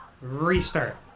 restart